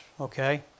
okay